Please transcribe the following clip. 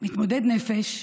מתמודד נפש,